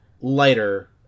lighter